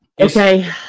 Okay